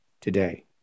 today